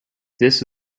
that